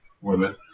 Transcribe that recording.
Women